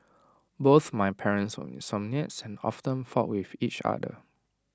both my parents were insomniacs and often fought with each other